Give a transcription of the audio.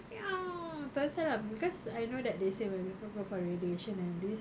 tu pasal lah because I know that they said when people go for radiation and this